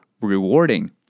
rewarding